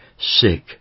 sick